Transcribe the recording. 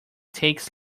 takes